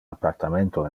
appartamento